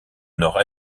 nord